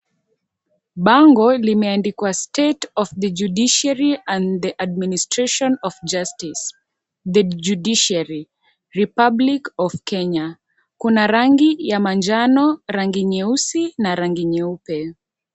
Bango limeandikwa state of the judiciary and the administration of justice, The judiciary, republic of Kenya . Kuna rangi ya manjano, rangi nyeusi na rangi nyeupe.